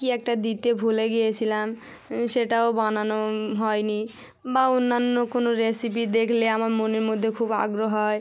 কী একটা দিতে ভুলে গিয়েছিলাম সেটাও বানানো হয়নি বা অন্যান্য কোনও রেসিপি দেখলে আমার মনের মধ্যে খুব আগ্রহ হয়